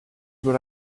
what